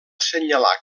assenyalar